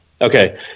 okay